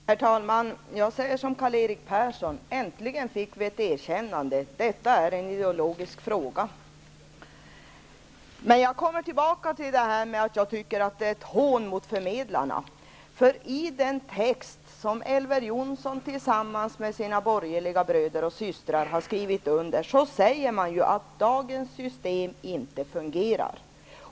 Herr talman! Jag säger som Karl-Erik Persson. Äntligen har vi fått ett erkännande. Detta är alltså en ideologisk fråga. Jag återkommer till talet om att det här är ett hån mot förmedlarna. I den text som Elver Jonsson och hans borgerliga bröder och systrar har skrivit under sägs det att dagens system inte fungerar.